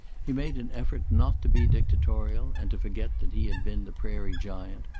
he made an effort not to be dictatorial and to forget that he had been the prairie giant,